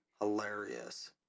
hilarious